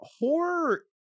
horror